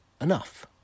enough